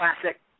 classic